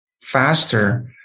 faster